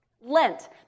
Lent